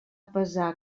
pesar